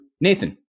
Nathan